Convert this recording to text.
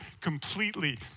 completely